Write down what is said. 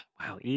Wow